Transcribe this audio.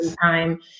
time